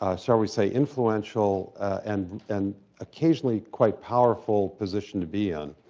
ah shall we say, influential and and occasionally quite powerful position to be in.